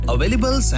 Available